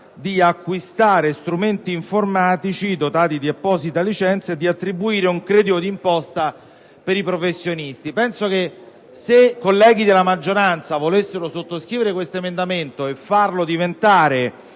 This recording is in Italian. di acquistare strumenti informatici, dotati di apposita licenza, e di attribuire un credito d'imposta per i professionisti. Se i colleghi della maggioranza volessero sottoscrivere quest'emendamento per farlo diventare